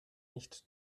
nicht